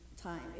time